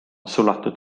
suletud